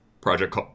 project